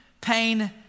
pain